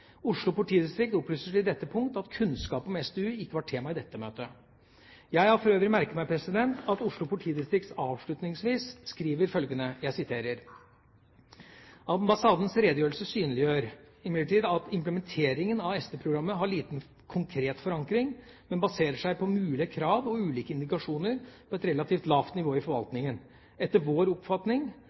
Oslo politidistrikt opplyser til dette punkt at kunnskap om SDU ikke var tema i dette møtet. Jeg har for øvrig merket meg at Oslo politidistrikt avslutningsvis skriver følgende – jeg siterer: «Ambassadens redegjørelse synliggjør imidlertid at implementeringen av SD-programmet har liten konkret forankring, men baserer seg på mulige brev og ulike «indikasjoner» på et relativt lavt nivå i forvaltningen. Etter vår oppfatning